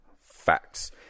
facts